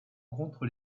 contre